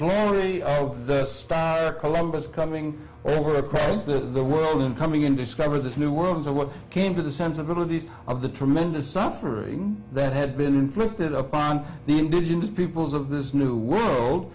glory of the star columbus coming over across the world and coming in discover this new world and what came to the sensibilities of the tremendous suffering that had been inflicted upon the indigenous peoples of this new world